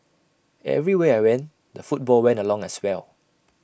everywhere I went the football went along as well